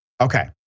Okay